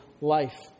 life